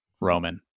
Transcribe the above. Roman